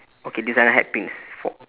okay designer hat pins for